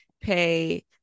pay